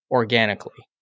organically